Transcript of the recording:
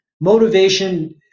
motivation